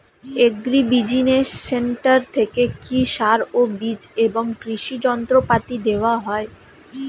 Agri business centre থেকে কি সার ও বিজ এবং কৃষি যন্ত্র পাতি দেওয়া হয়?